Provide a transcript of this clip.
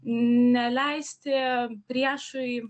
neleisti priešui